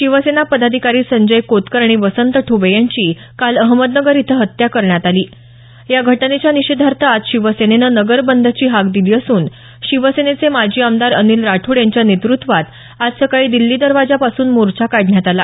शिवसेना पदाधिकारी संजय कोतकर आणि वसंत ठबे यांची काल अहमदनगर इथं हत्या करण्यात आली या घटनेच्या निषेधार्थ आज शिवसेनेनं नगर बंदची हाक दिली असून शिवसेनेचे माजी आमदार अनिल राठोड यांच्या नेतृत्वात आज सकाळी दिल्ली दरवाजापासून मोर्चा काढण्यात आला